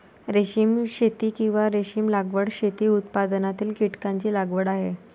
रेशीम शेती, किंवा रेशीम लागवड, रेशीम उत्पादनातील कीटकांची लागवड आहे